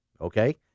Okay